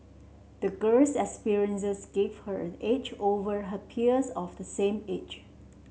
the girl's experiences gave her an edge over her peers of the same age